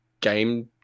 game